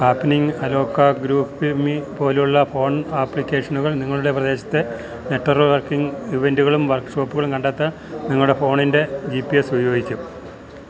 happening അലോക്ക GroupMe പോലുള്ള phone ആപ്ലിക്കേഷനുകൾ നിങ്ങളുടെ പ്രദേശത്തെ നെറ്ററുവര്ക്കിങ്ങ് ഇവന്റുകളും വര്ക്ക്ഷോപ്പുകളും കണ്ടെത്താൻ നിങ്ങളുടെ ഫോണിന്റെ ജി പി എസ് ഉപയോഗിക്കും